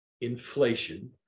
inflation